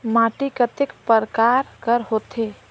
माटी कतेक परकार कर होथे?